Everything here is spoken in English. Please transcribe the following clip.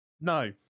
No